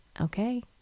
Okay